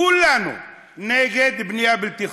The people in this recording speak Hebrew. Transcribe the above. כולנו נגד בנייה בלתי חוקית.